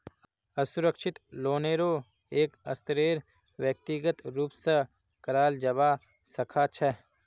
असुरक्षित लोनेरो एक स्तरेर व्यक्तिगत रूप स कराल जबा सखा छ